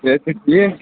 صحت چھا ٹھیٖک